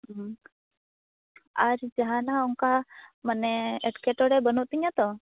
ᱩᱸ ᱟᱨ ᱡᱟᱦᱟᱸᱱᱟᱜ ᱚᱱᱠᱟ ᱢᱟᱱᱮ ᱮᱴᱠᱮᱴᱚᱲᱮ ᱵᱟ ᱱᱩᱜ ᱛᱤᱧᱟᱹᱼᱛᱚ